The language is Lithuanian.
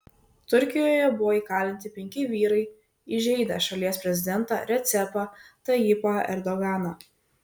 turkijoje buvo įkalinti penki vyrai įžeidę šalies prezidentą recepą tayyipą erdoganą